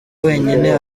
wenyine